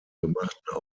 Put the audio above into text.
gemachten